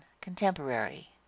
contemporary